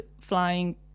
flying